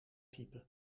type